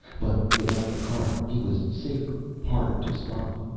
but without the cart he was safer, harder to spot.